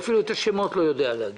אפילו את השמות אני לא יודע להגיד.